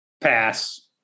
Pass